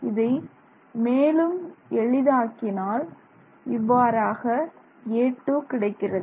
இதை மேலும் எளிது ஆக்கினால் இவ்வாறாக a2 கிடைக்கிறது